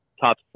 top